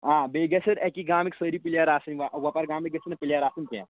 آ بیٚیہِ گژھِ اَتہِ اَکی گامٕکۍ سٲری پٕلیر آسٕنۍ وۄ وۄپَر گامٕکۍ گژھن نہٕ پٕلَیر آسٕنۍ کیٚنٛہہ